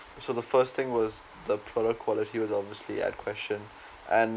so the first thing was the poorer quality was obviously at question and